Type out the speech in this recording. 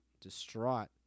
distraught